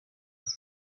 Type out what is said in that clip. kuri